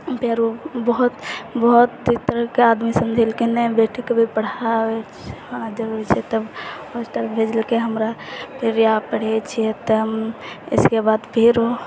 फेरो बहुत बहुत एहि तरहके आदमी सुनेलकै नै बेटीके भी पढ़ाय आदमी सब तब आओर तब हॉस्टल भेजलकै हमरा फेर आब पढ़ै छियै एकदम इसके बाद फेरो